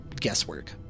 guesswork